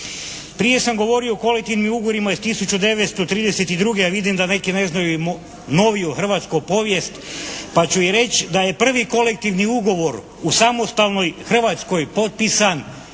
Prije sam govorio o kolektivnim ugovorima iz 1932. ali vidim da neki ne znaju ni noviju hrvatsku povijest pa ću i reći da je prvi kolektivni ugovor u samostalnoj Hrvatskoj i ja sam